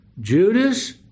Judas